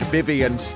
Vivian